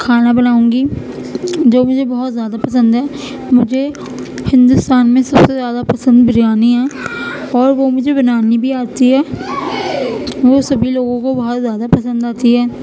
کھانا بناؤں گی جو مجھے بہت زیادہ پسند ہے مجھے ہندوستان میں سب سے زیادہ پسند بریانی ہے اور وہ مجھے بنانی بھی آتی ہے وہ سبھی لوگوں کو بہت زیادہ پسند آتی ہے